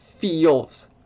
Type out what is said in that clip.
Feels